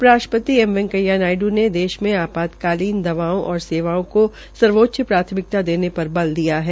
उपराष्ट्रपति एम वैकेंया नायड् ने देश में आपात्तकालीन दवाओं तथा सेवाओं को सर्वोच्च प्राथमिकता देने पर बल दिया है